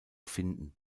finden